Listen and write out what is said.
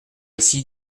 ici